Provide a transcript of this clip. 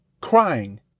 crying